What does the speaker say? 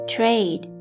Trade